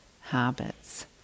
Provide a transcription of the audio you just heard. habits